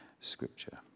scripture